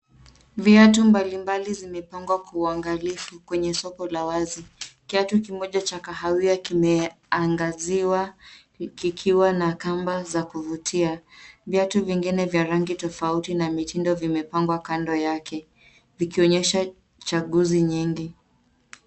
Viatu mbalimbali vimepangwa kwa uangalifu kwenye soko la wazi. Kiatu kimoja cha kahawia kimeangaziwa kikiwa na kamba za kuvutia. Viatu vingine vya rangi tofauti na mitindo vimepangwa kando yake, vikionyesha chaguzi nyingi.